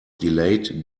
delayed